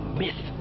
myth